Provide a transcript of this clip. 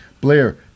Blair